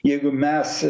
jeigu mes